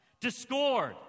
discord